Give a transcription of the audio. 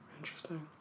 Interesting